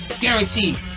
Guaranteed